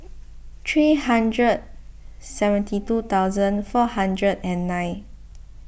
three hundred seventy two thousand four hundred and nine